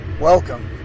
Welcome